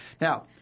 Now